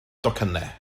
docynnau